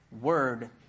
word